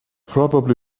probably